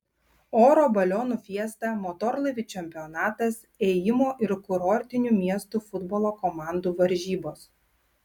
oro balionų fiesta motorlaivių čempionatas ėjimo ir kurortinių miestų futbolo komandų varžybos